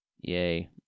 Yay